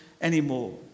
anymore